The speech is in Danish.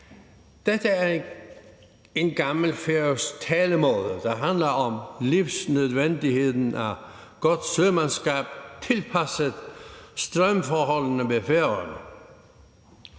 Dette er en gammel færøsk talemåde, der handler om livsnødvendigheden af godt sømandskab tilpasset strømforholdene ved Færøerne.